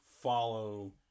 follow